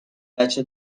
بچه